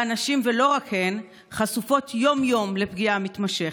והנשים, ולא רק הן, חשופות יום-יום לפגיעה מתמשכת.